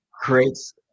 creates